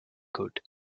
good